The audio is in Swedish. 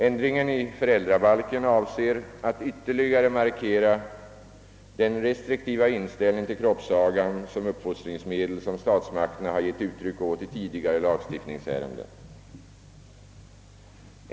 Ändringen i föräldrabalken avser att ytterligare markera den restriktiva inställningen till kroppsagan såsom uppfostringsmedel som statsmakterna har gett uttryck åt i tidigare lagstiftningsärenden.